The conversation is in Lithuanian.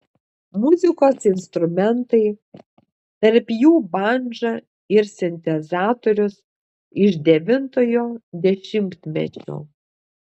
muzikos instrumentai tarp jų bandža ir sintezatorius iš devintojo dešimtmečio